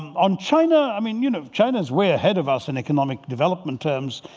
on china, i mean, you know, china's way ahead of us in economic development terms.